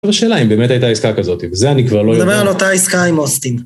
אבל השאלה אם באמת הייתה עסקה כזאת, זה אני כבר לא יודע. הוא מדבר על אותה עסקה עם אוסטין.